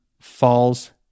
falls